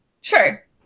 Sure